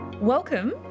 Welcome